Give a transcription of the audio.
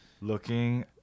Looking